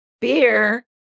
Beer